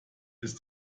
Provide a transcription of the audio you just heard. ist